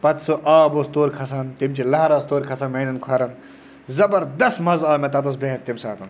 پَتہٕ سُہ آب اوس تورٕ کھَسان تَمہِ چہِ لَہر آسہٕ تور کھَسان میٛانٮ۪ن کھۄرَن زَبردَست مَزٕ آو مےٚ تَتہِ تھَس بِہِتھ تَمہِ ساتہ